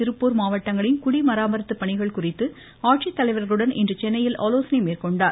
திருப்பூர் மாவட்டத்தின் குடி மராமத்து பணிகள் குறித்து ஆட்சித்தலைவர்களுடன் இன்று சென்னையில் ஆலோசனை மேற்கொண்டார்